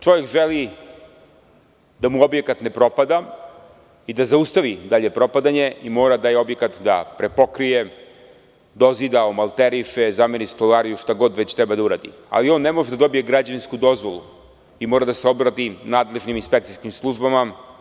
Čovek želi da mu objekat ne propada i da zaustavi dalje propadanje, taj objekat mora da pretpokrije, dozida, omalteriše, zameni stolariju, šta god treba da uradi, ali ne može da dobije građevinsku dozvolu i mora da se obrati nadležnim inspekcijskim službama.